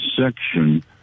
section